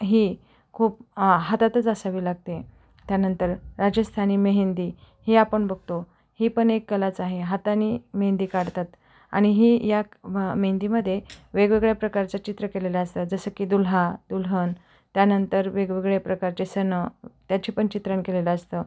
ही खूप हातातच असावी लागते त्यानंतर राजस्थानी मेहंदी ही आपण बघतो ही पण एक कलाच आहे हाताने मेहंदी काढतात आणि ही या म मेहंदीमध्ये वेगवेगळ्या प्रकारचं चित्र केलेले असतात जसं की दुल्हा दुलहन त्यानंतर वेगवेगळे प्रकारचे सण त्याची पण चित्रण केलेलं असतं